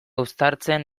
uztartzen